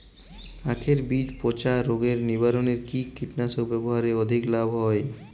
আঁখের বীজ পচা রোগ নিবারণে কি কীটনাশক ব্যবহারে অধিক লাভ হয়?